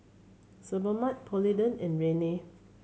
Sebamed Polident and Rene